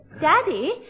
Daddy